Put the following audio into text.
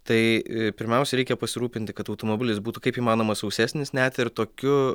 tai pirmiausia reikia pasirūpinti kad automobilis būtų kaip įmanoma sausesnis net ir tokiu